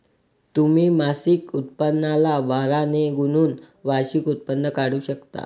तुम्ही मासिक उत्पन्नाला बारा ने गुणून वार्षिक उत्पन्न काढू शकता